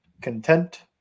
content